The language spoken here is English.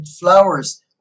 flowers